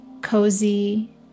cozy